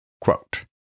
Quote